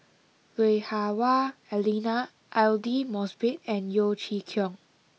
Lui Hah Wah Elena Aidli Mosbit and Yeo Chee Kiong